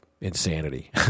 insanity